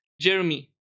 Jeremy